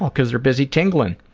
because they're busy tingling!